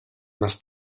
más